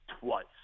twice